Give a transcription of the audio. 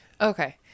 Okay